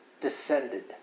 descended